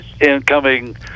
incoming